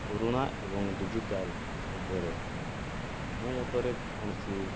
ପୁରୁଣା ଏବଂ ଡିଜିଟାଲ୍ ମଧ୍ୟରେ ମୋ ମତରେ କୌଣସି